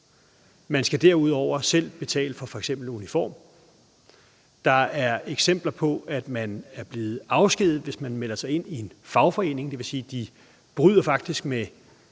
Man skal derudover selv betale for f.eks. uniform. Der er eksempler på, at man er blevet afskediget, hvis man melder sig ind i en fagforening. Det vil sige, at de faktisk